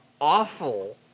awful